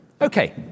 Okay